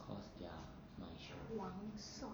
cause they're nice show